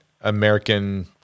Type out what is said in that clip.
American